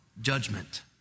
judgment